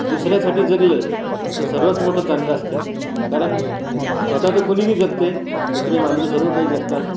दुसऱ्यासाठी जगलं तर सर्वांत मोठं चांगलं असत आहे कारण स्वतः तर कुणी बी जगत आहे कुत्रीमांजरी सर्व काही जगतात